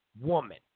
woman